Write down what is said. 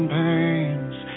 pains